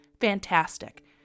fantastic